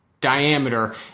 diameter